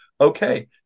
okay